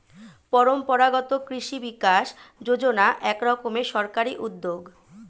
পরম্পরাগত কৃষি বিকাশ যোজনা এক রকমের সরকারি উদ্যোগ